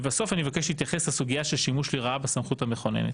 לבסוף אני מבקש להתייחס לסוגייה של שימוש לרעה בסמכות המכוננת.